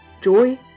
joy